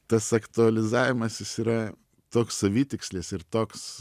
tas aktualizavimas jis yra toks savitikslis ir toks